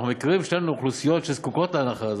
אנחנו מכירים שנינו אוכלוסיות שזקוקות להנחה הזאת,